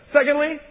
Secondly